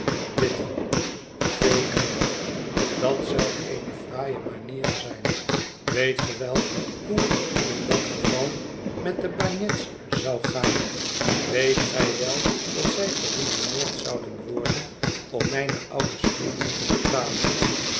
witten phil knikt dat zou eene fraaie manier zijn weet ge wel hoe het in dat geval met de bagnet's zou gaan weet gij wel dat zij geruïneerd zouden worden om mijne oude schulden te betalen